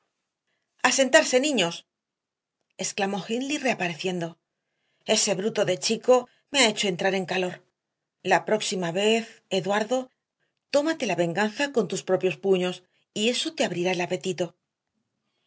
sentarse niños exclamó hindley reapareciendo ese bruto de chico me ha hecho entrar en calor la próxima vez eduardo tómate la venganza con tus propios puños y eso te abrirá el apetito